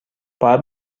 باید